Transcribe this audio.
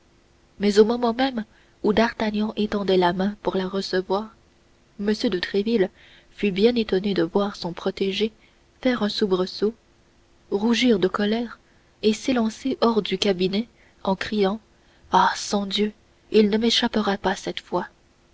mais au moment même où d'artagnan étendait la main pour la recevoir m de tréville fut bien étonné de voir son protégé faire un soubresaut rougir de colère et s'élancer hors du cabinet en criant ah sangdieu il ne m'échappera pas cette fois